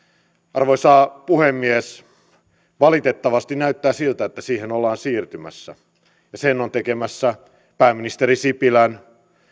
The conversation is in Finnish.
arvoisa puhemies valitettavasti näyttää siltä että siihen ollaan siirtymässä ja sen ovat tekemässä pääministeri sipilän